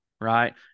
right